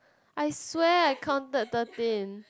I swear I counted thirteen